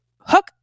hook